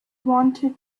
wanted